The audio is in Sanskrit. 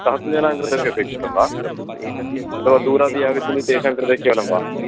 सहस्रजनाङ्कृतेपि अपेक्षितं वा अथवा दूराद् ये आगच्छन्ति तेषां कृते केवलं वा